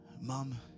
mom